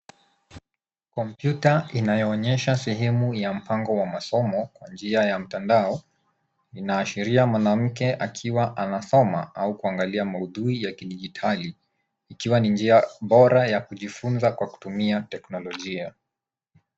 Kompyuta inayoonyesha sehemu ya mpango wa masomo kwa njia ya mtandao inaashiria mwanamke akiwa anasoma au kuangalia maudhui ya kidijitali ikiwa ni njia bora ya kujifunza kwa kutumia teknolojia.